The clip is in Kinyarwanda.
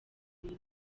bintu